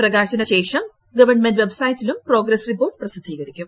പ്രകാശനശേഷം government വെബ്സൈറ്റിലും progress report പ്രസിദ്ധീകരിക്കും